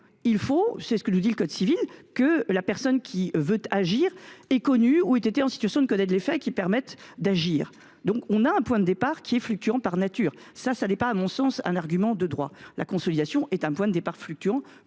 Il faut, comme le prévoit le code civil, que la personne qui veut agir ait connu ou ait été en situation de connaître les faits qui permettent d’agir. Le fait que le point de départ soit fluctuant ne saurait donc constituer, à mon sens, un argument de droit. La consolidation est un point de départ fluctuant,